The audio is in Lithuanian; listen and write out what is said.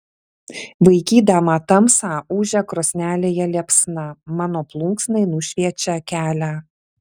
vaikydama tamsą ūžia krosnelėje liepsna mano plunksnai nušviečia kelią